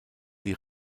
die